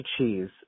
Cheese